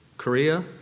Korea